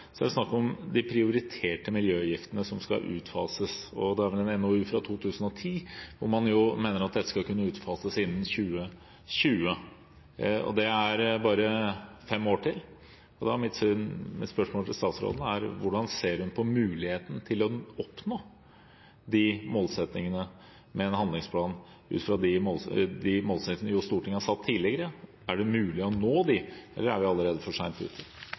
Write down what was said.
Så er det snakk om de prioriterte miljøgiftene som skal utfases. Det er en NOU fra 2010 hvor man mener at dette skal kunne utfases innen 2020. Det er bare fem år til, og mitt spørsmål til statsråden er: Er det mulig med en handlingsplan å nå de målsettingene Stortinget har satt tidligere, eller er vi allerede for sent ute?